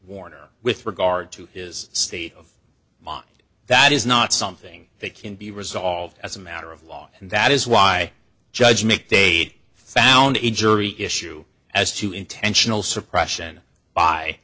warner with regard to his state of mind that is not something that can be resolved as a matter of law and that is why judge mcdade found a jury issue as to intentional suppression by